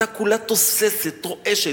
הכיתה כולה תוססת, רועשת,